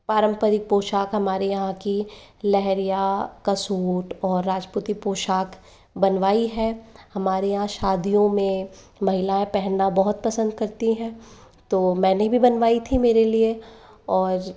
पारम्परिक पोशाक हमारे यहाँ की लहरिया का सूट और राजपूती पोशाक बनवाई है हमारे यहाँ शादीयों में महिलाएं पहनना बहुत पसंद करती हैं तो मैंने भी बनवाई थी मेरे लिए और